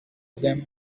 them